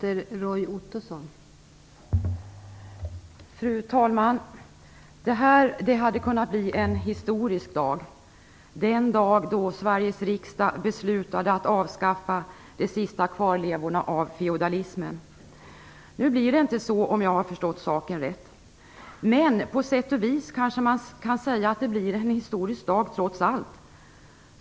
Fru talman! Det här hade kunnat bli en historisk dag - den dag då Sveriges riksdag beslutade att avskaffa de sista kvarlevorna av feodalismen. Nu blir det inte så, om jag har förstått saken rätt. På sätt och vis kanske man kan säga att det blir en historisk dag trots allt.